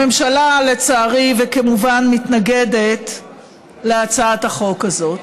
הממשלה, לצערי, וכמובן, מתנגדת להצעת החוק הזאת.